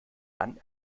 dann